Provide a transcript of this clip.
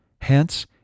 Hence